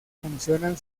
funcionan